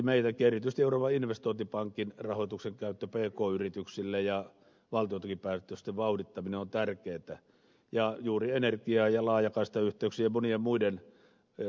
erityisesti euroopan investointipankin rahoituksen käyttö pk yrityksille ja valtiontukipäätösten vauhdittaminen on tärkeätä ja juuri energia ja laajakaistayhteyksien ja monien muiden t k innovaatio ja koulutusinvestointien edistäminen